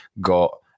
got